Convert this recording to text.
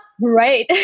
Right